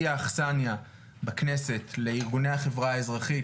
היא האכסניה בכנסת לארגוני החברה האזרחית,